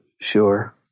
sure